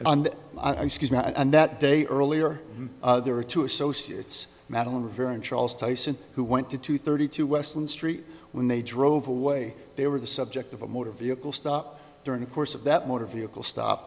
ice and that day earlier there were two associates madeline rivera and charles tyson who went to two thirty two western st when they drove away they were the subject of a motor vehicle stop during the course of that motor vehicle stop